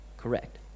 correct